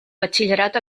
batxillerat